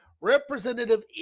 Representative